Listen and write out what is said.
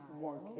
More